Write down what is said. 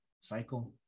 cycle